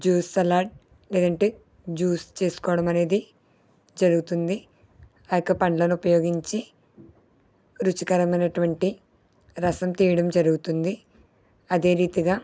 juice salad లేదంటే juice చేసుకోవడం అనేది జరుగుతుంది ఆ యొక్క పండ్లను ఉపయోగించి రుచికరమైనటువంటి రసం తీయడం జరుగుతుంది అదే రీతిగా